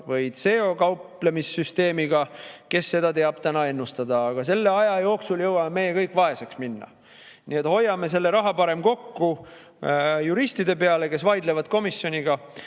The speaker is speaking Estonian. või CO2-ga kauplemise süsteemiga, kes seda teab täna ennustada. Aga selle aja jooksul jõuame meie kõik vaeseks jääda. Nii et hoiame selle raha parem kokku juristide jaoks, kes vaidlevad komisjoniga.